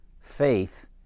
faith